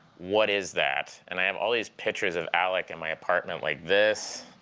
what is that? and i have all these pictures of alec in my apartment like this.